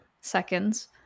seconds